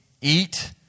eat